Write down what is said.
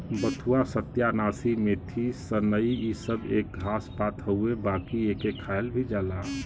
बथुआ, सत्यानाशी, मेथी, सनइ इ सब एक घास पात हउवे बाकि एके खायल भी जाला